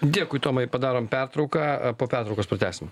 dėkui tomai padarom pertrauką a po pertraukos pratęsim